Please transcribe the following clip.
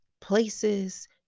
places